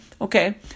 Okay